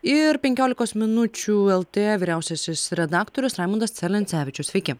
ir penkiolikos minučių lt vyriausiasis redaktorius raimundas celencevičius sveiki